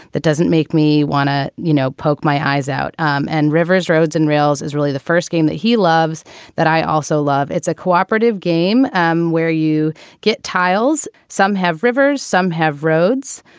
that doesn't make me want to, you know, poke my eyes out. um and rivers, roads and rails is really the first game that he loves that i also love. it's a cooperative game um where you get tiles. some have rivers, some have roads,